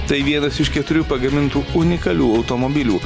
tai vienas iš keturių pagamintų unikalių automobilių